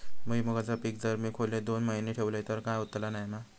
भुईमूगाचा पीक जर मी खोलेत दोन महिने ठेवलंय तर काय होतला नाय ना?